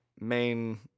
main